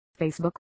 Facebook